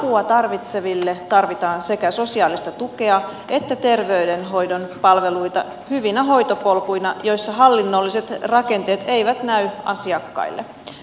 apua tarvitseville tarvitaan sekä sosiaalista tukea että terveydenhoidon palveluita hyvinä hoitopolkuina joissa hallinnolliset rakenteet eivät näy asiakkaille